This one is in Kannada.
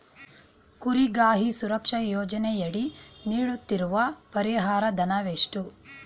ಕುರಿಗಾಹಿ ಸುರಕ್ಷಾ ಯೋಜನೆಯಡಿ ನೀಡುತ್ತಿರುವ ಪರಿಹಾರ ಧನ ಎಷ್ಟು?